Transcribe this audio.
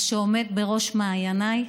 מה שעומד בראש מעייניי